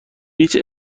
هیچ